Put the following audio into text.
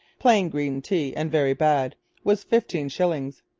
plain green tea and very badd was fifteen shillings,